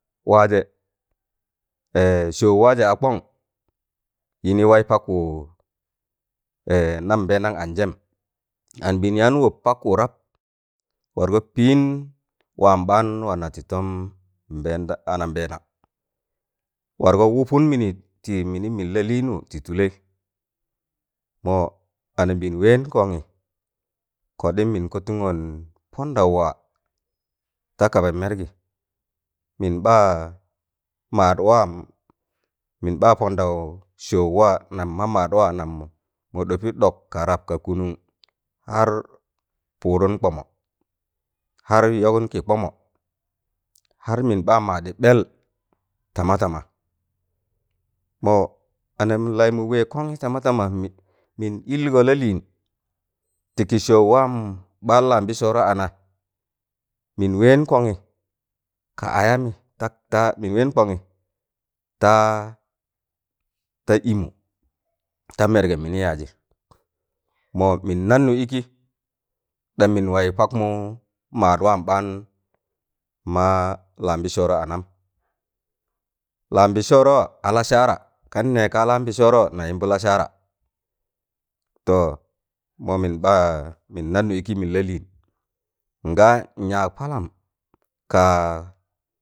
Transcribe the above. Waajẹ sọọụ waajẹ akọn yịni waị pakwụ nam bịịndam anjẹm anabịịn anan wọp pakwụ rab wargọ pịịn waam ɓaan wana tị tọm nbẹndam anabẹẹnam wargọ wụpụn mịnị tị mịnịm mịn La Lịịnwụ tị tụlẹị mọ anambịịn wẹẹn kọngị kọɗịm mịn kọtụngọn pọndaụ waa takaba mẹrgị mịn ɓa maadwan mịn ɓa pọndaụ sọọụ wa nam ma maadwa nam mọ ɗọpị ɗọk ka rab ka kụnụn har pọọdụn kbọmọ har yọgụn kị kbọmọ har mịn ɓa maadị ɓẹl tama tama mọ anlaịmụ wẹẹg kọnị tama tama mịn- mịn ịlgo lalịịn tịkị sọọụ waan ɓaan lambịsọọrọ ana mịn wẹẹn kọngị ka ayamị ta ta mịn wẹẹn kọngị taa ta ịmu ta mẹrgẹm mịnị yaajị mọ mịn nannụ ịkị ɗam mịn wayụk pakmụ maad waam ɓaan lambịsọọrọ anam lambịsọọrọ a lasara kan nẹka lambịsọọrọ na yịmbị lasara to mọ mịn ɓaa mịn nannụ ịkị mịn lalịịn ngaa nyaag palam kaa.